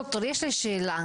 ד"ר, יש לי שאלה.